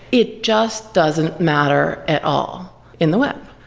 it just doesn't matter at all in the web.